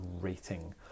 rating